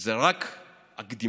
זה רק הקדימון.